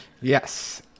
Yes